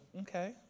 okay